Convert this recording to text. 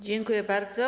Dziękuję bardzo.